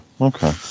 okay